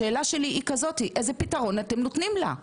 השאלה שלי היא כזאת, איזה פתרון אתם נותנים לה?